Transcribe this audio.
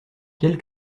quelle